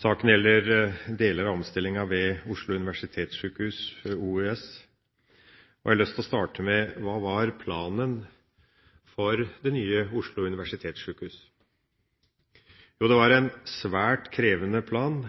Saken gjelder deler av omstillinga ved Oslo universitetssykehus – OUS. Jeg har lyst til å starte med: Hva var planen for det nye Oslo universitetssykehus? Jo, det var en svært krevende plan,